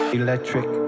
electric